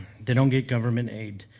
they don't get government aid,